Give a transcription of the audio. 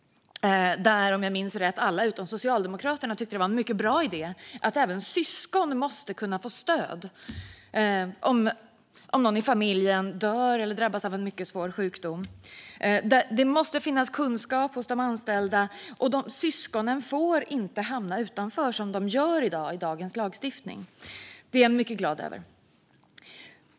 Om jag minns rätt tycker alla utom Socialdemokraterna att det är en mycket bra idé att även syskon ska kunna få stöd om någon i familjen dör eller drabbas av svår sjukdom. Det måste finnas kunskap hos de anställda, och syskonen får inte hamna utanför som de gör i dagens lagstiftning. Det är jag mycket glad över.